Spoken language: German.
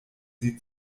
sie